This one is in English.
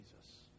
Jesus